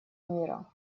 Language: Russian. мира